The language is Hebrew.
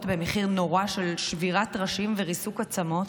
במחיר נורא של שבירת ראשים וריסוק עצמות,